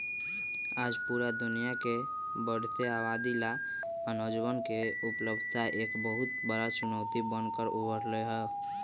आज पूरा दुनिया के बढ़ते आबादी ला अनजवन के उपलब्धता एक बहुत बड़ा चुनौती बन कर उभर ले है